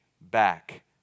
back